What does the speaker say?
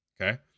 Okay